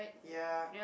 ya